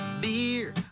Beer